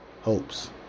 hopes